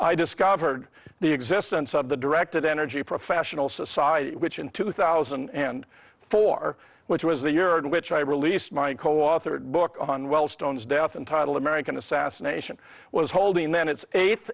i discovered the existence of the directed energy professional society which in two thousand and four which was the year in which i released my co author book on well stone's death and title american assassination was holding then its eighth